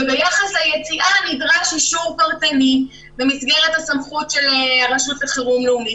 וביחס ליציאה נדרש אישור פרטני במסגרת הסמכות של רשות לחירום לאומית.